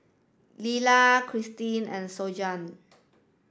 Lella Cristine and Sonja